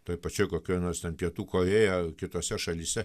toj pačioj kokioj nors ten pietų korėjoj ar kitose šalyse